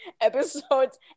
episodes